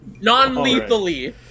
Non-lethally